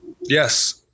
Yes